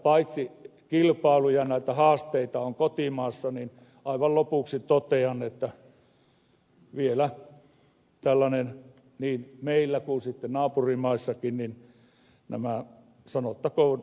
paitsi että kilpailua ja haasteita on kotimaassa niin aivan lopuksi totean että on vielä tällaisia niin meillä kuin sitten naapurimaissakin joita sanottakoon luontoterroristeiksi